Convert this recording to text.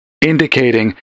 indicating